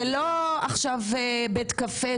זה לא עכשיו בית קפה,